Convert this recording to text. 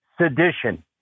sedition